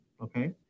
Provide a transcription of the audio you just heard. okay